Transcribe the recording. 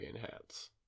hats